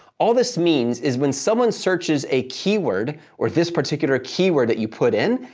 all this means is when someone searches a keyword or this particular keyword that you put in,